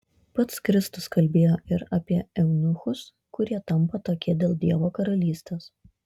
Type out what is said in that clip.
pats kristus kalbėjo ir apie eunuchus kurie tampa tokie dėl dievo karalystės